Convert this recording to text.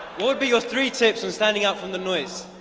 what would be your three tips for standing out from the noise?